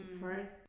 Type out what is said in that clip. first